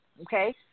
okay